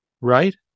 Right